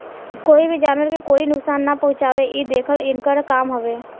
कोई भी जानवर के कोई नुकसान ना पहुँचावे इ देखल इनकर काम हवे